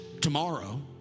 tomorrow